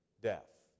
death